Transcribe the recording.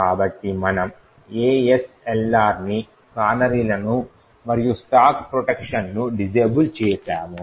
కాబట్టి మనము ASLRని కానరీలను మరియు స్టాక్ ప్రొటెక్షన్ను డిజేబుల్ చేసాము